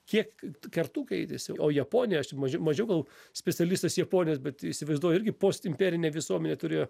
kiek kertų keitėsi o japonijoj aš tik maži mažiau gal specialistas japonijos bet įsivaizduoju irgi postimperinė visuomenė turėjo